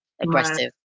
aggressive